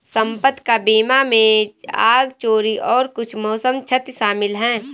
संपत्ति का बीमा में आग, चोरी और कुछ मौसम क्षति शामिल है